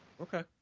Okay